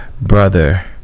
Brother